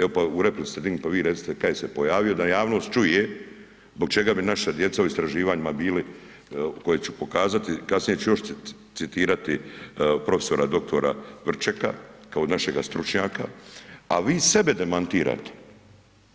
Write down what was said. Evo pa u replici ... pa vi recite kad se je pojavio da javnost čuje zbog čega bi naša djeca u istraživanjima bili, kojeg ću pokazati, kasnije ću još citirati profesora doktora Vrčeka kao našega stručnjaka, a vi sebe demantirajte